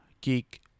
Geek